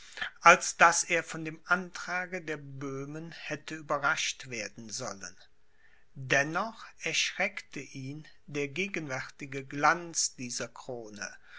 als daß er von dem antrage der böhmen hätte überrascht werden sollen dennoch erschreckte ihn der gegenwärtige glanz dieser krone